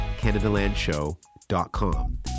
canadalandshow.com